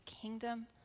kingdom